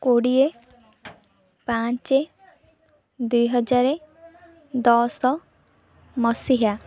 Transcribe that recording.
କୋଡ଼ିଏ ପାଞ୍ଚ ଦୁଇ ହଜାର ଦଶ ମସିହା